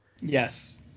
Yes